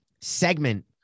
segment